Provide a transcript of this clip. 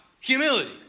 humility